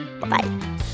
Bye-bye